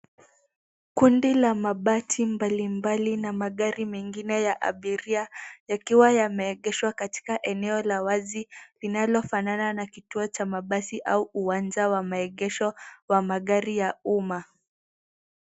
Kundi la mabasi mbalimbali na magari mengine ya abiria yakiwa yameegeshwa katika eneo la wazi linalofanana na kituo cha mabasi au uwanja wa maegesho wa magari ya umma.